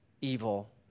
evil